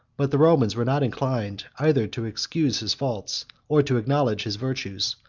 but the romans were not inclined either to excuse his faults or to acknowledge his virtues.